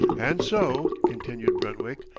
and so, continued brentwick,